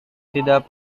tidak